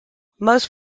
most